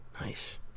Nice